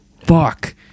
fuck